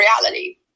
reality